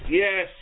yes